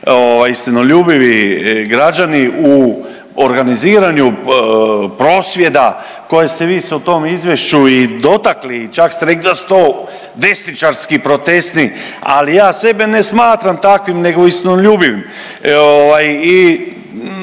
istinoljubivi građani u organiziranju prosvjeda koje ste vi se u tom izvješću i dotakli i čak ste rekli da su to desničarski protestni, ali ja sebe ne smatram takvim nego istinoljubivim. I